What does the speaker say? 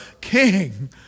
King